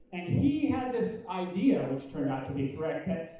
and he had this idea, which turned out to be correct,